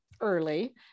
early